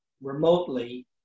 remotely